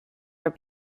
are